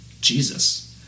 Jesus